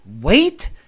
Wait